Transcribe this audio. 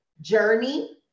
journey